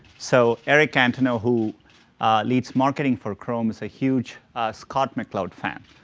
so eric antonow who leads marketing for chrome is a huge scott mccloud fan.